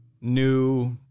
new